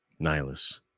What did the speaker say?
Nihilus